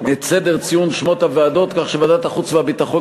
את סדר ציון שמות הוועדות כך שוועדת החוץ והביטחון